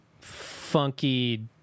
funky